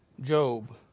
Job